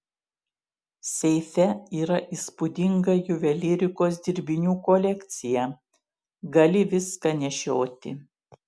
seife yra įspūdinga juvelyrikos dirbinių kolekcija gali viską nešioti